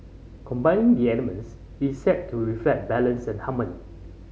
combining the elements is said to reflect balance and harmony